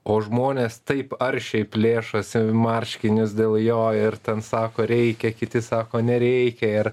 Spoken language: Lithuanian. o žmonės taip aršiai plėšosi marškinius dėl jo ir ten sako reikia kiti sako nereikia ir